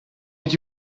did